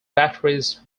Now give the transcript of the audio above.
batteries